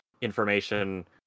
information